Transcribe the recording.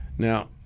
Now